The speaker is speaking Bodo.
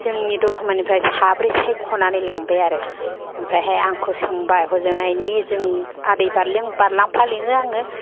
जोंनि दतमानिफ्राय साब्रै सायख'नानै लांबाय आरो ओमफ्रायहाय आंखौ सोंबाय हजोंहायनि जों आदै बारलेंफा लेंयो आङो